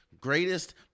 Greatest